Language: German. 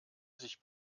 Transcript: sich